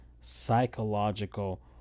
psychological